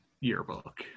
yearbook